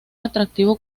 atractivo